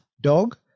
dog